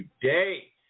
today